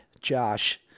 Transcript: Josh